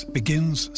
begins